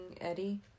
Eddie